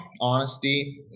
honesty